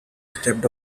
stepped